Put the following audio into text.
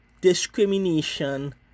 discrimination